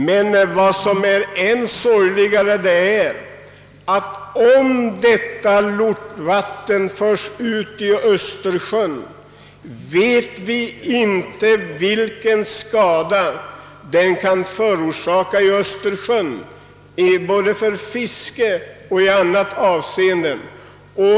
Det sorgligaste är emellertid att om lortvattnet från den tunneln ledes ut i Östersjön, så vet vi inte vilken skada detta kan förorsaka både för fisket och i andra avseenden.